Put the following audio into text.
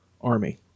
army